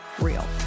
real